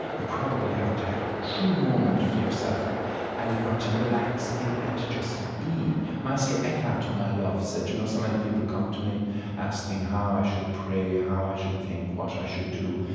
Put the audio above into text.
you probably haven't had a true moment for yourself and you know to relax in and to just be meister eckhart, whom i love, said, you know so many people come to me asking how i should pray, how i should think, what i should do.